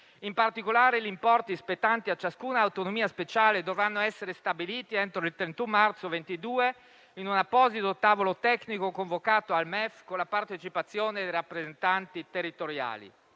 In particolare, gli importi spettanti a ciascuna autonomia speciale dovranno essere stabiliti entro il 31 marzo 2022, in un apposito tavolo tecnico convocato al MEF, con la partecipazione dei rappresentanti territoriali.